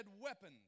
weapons